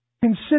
consider